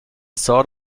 sort